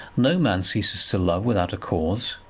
no man ceases to love without a cause.